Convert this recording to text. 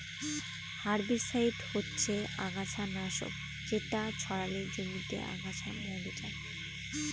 herbicide হচ্ছে আগাছা নাশক যেটা ছড়ালে জমিতে আগাছা মরে যায়